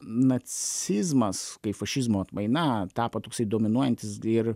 nacizmas kaip fašizmo atmaina tapo toksai dominuojantis ir